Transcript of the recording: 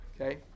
Okay